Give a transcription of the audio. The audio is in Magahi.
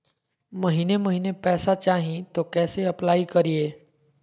महीने महीने पैसा चाही, तो कैसे अप्लाई करिए?